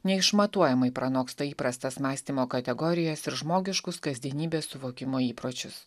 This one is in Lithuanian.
neišmatuojamai pranoksta įprastas mąstymo kategorijas ir žmogiškus kasdienybės suvokimo įpročius